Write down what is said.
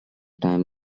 time